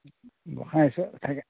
গোঁসাই থাকে